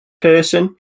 person